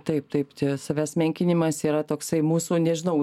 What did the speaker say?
taip taip savęs menkinimas yra toksai mūsų nežinau